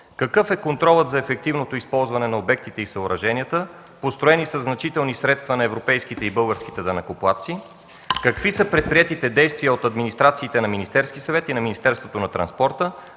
какъв е контролът за ефективното използване на обектите и съоръженията, построени със значителни средства на европейските и българските данъкоплатци; какви са предприетите действия от администрациите на Министерския съвет и от Министерството на транспорта,